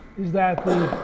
is that the